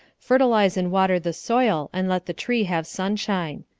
fertilize and water the soil and let the tree have sunshine.